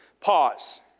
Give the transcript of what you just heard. Pause